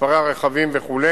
מספרי הרכבים וכו',